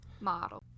model